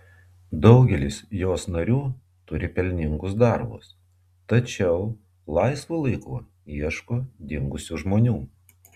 daugelis jos narių turi pelningus darbus tačiau laisvu laiku ieško dingusių žmonių